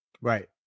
Right